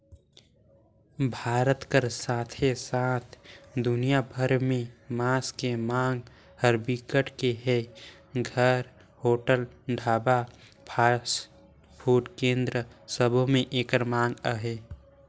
भारत कर साथे साथ दुनिया भर में मांस के मांग ह बिकट के हे, घर, होटल, ढाबा, फास्टफूड केन्द्र सबो में एकर मांग अहे